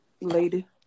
lady